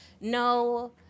No